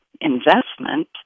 investment